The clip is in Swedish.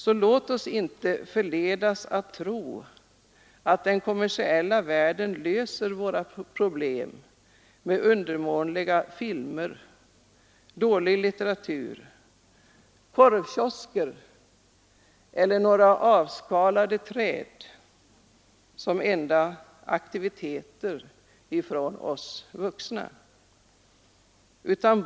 Låt oss alltså inte förledas att tro att den kommersiella världen löser våra problem genom att erbjuda undermåliga filmer, dålig litteratur, korvkiosker eller några avskalade träd som enda aktivitet ifrån oss vuxna.